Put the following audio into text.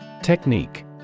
Technique